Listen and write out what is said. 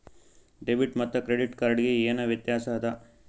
Debit ಮತ್ತ credit card ಗೆ ಏನ ವ್ಯತ್ಯಾಸ ಆದ?